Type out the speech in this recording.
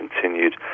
continued